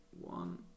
one